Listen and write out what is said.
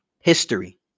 History